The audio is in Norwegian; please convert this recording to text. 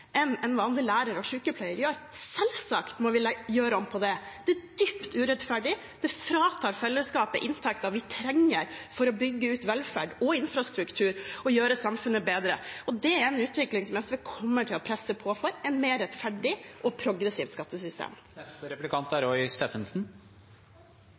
enn en vanlig lærer og sykepleier gjør. Selvsagt må vi gjøre om på det. Det er dypt urettferdig, det fratar fellesskapet inntekter vi trenger for å bygge ut velferd og infrastruktur og gjøre samfunnet bedre. Det er en utvikling som SV kommer til å presse på for – et mer rettferdig og progressivt skattesystem.